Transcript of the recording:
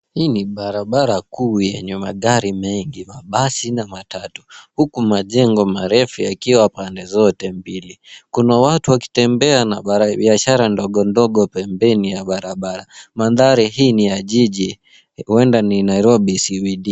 Hii ni barabara kuu yenye magari mengi, mabasi na matatu huku majengo marefu yakiwa pande zote mbili. Kuna watu wakitembea na biashara ndogo ndogo pembeni ya barabara. Mandhari hii ni ya jiji, huenda ni Nairobi CBD .